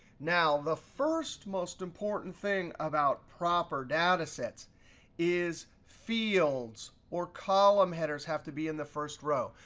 now, the first most important thing about proper data sets is fields or column headers have to be in the first row.